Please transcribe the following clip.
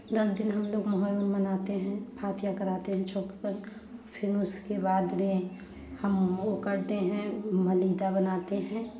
दस दिन हम लोग मुहर्रम मनाते हैं फतवा करते हैं चौक पर फिर उसके बाद में हम वो जकरते हैं मलीदा बनाते हैं